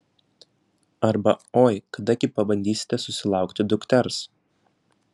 arba oi kada gi pabandysite susilaukti dukters